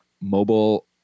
Mobile